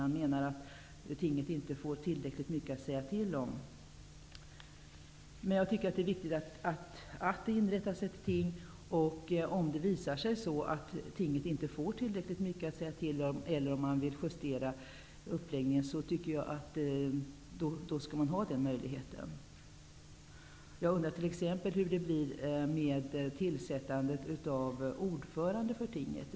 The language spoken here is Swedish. Man menar att tinget inte får tillräckligt mycket att säga till om. Det är emellertid viktigt att ett ting inrättas. Skulle det sedan visa sig att tinget inte får tillräckligt mycket att säga till om eller att man vill justera uppläggningen, skall den möjligheten finnas. Jag undrar t.ex. hur det blir med tillsättandet av ordförande för tinget.